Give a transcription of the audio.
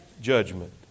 Judgment